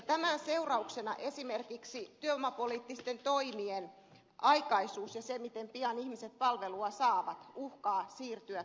tämän seurauksena esimerkiksi työvoimapoliittisten toimien aikaisuus ja se miten pian ihmiset palvelua saavat uhkaa siirtyä pidemmälle